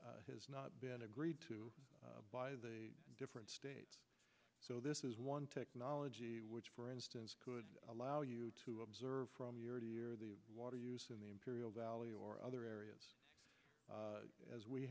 has not been agreed to by the different states so this is one technology which for instance could allow you to observe from year to year the water use in the imperial valley or other areas as we